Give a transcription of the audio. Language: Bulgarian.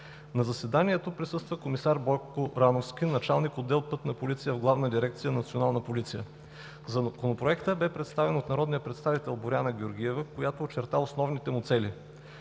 На заседанието присъства комисар Бойко Рановски – началник отдел „Пътна полиция“ в Главна дирекция „Национална полиция“. Законопроектът бе представен от народния представител Боряна Георгиева, която очерта основните му цели.